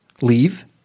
leave